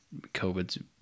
COVID